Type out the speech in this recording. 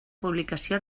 publicació